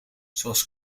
zoals